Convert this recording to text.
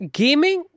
gaming